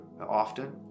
often